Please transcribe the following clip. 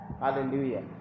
Hallelujah